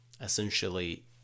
essentially